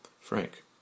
Frank